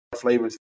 flavors